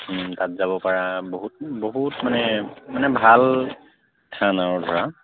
তাত যাব পাৰা বহুত বহুত মানে মানে ভাল থান আৰু ধৰা